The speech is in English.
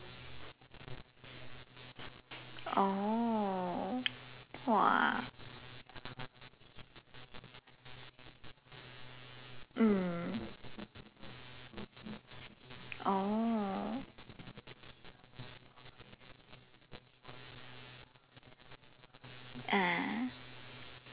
oh !wah! mm oh ah